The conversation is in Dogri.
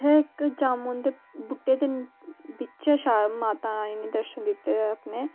इ'त्थें इक जामुन दे बूह्टे दे बिच ऐ शा माता रानी ने दर्शन दित्ते दे अपने